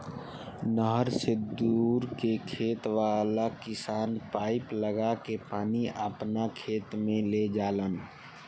नहर से दूर के खेत वाला किसान पाइप लागा के पानी आपना खेत में ले जालन